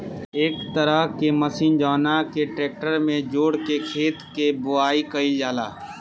एक तरह के मशीन जवना के ट्रेक्टर में जोड़ के खेत के बोआई कईल जाला